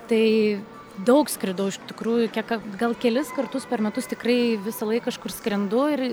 tai daug skridau iš tikrųjų kiek gal kelis kartus per metus tikrai visąlaik kažkur skrendu ir